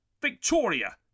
Victoria